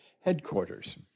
headquarters